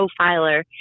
profiler